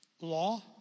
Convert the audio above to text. Law